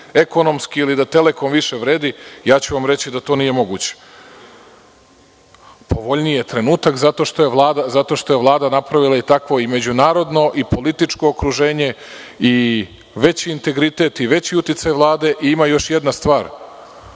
ekonomski ili da „Telekom“ više vredi, ja ću vam reći da to nije moguće. Povoljniji je trenutak zato što je Vlada napravila takvo i međunarodno i političko okruženje i veći integritet i veći uticaj Vlade. Ima još jedna stvar.